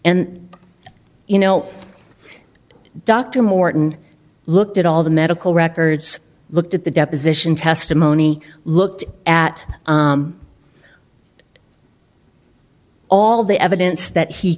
and you know dr morton looked at all the medical records looked at the deposition testimony looked at all the evidence that he